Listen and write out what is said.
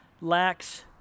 lacks